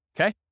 Okay